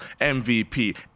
MVP